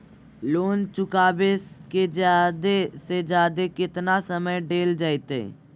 Loan चुकाबे के जादे से जादे केतना समय डेल जयते?